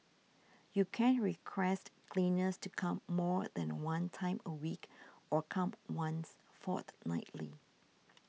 you can request cleaners to come more than one time a week or come once fortnightly